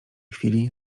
chwili